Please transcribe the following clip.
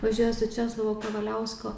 važiuoja su česlovo kavaliausko